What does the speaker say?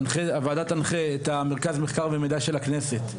הוועדה תנחה את המרכז מחקר ומידע של הכנסת,